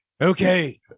okay